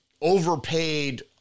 overpaid